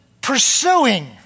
pursuing